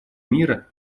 мира